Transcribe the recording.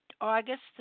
August